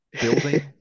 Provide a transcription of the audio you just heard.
building